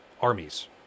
armies